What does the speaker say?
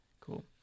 Cool